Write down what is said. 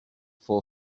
for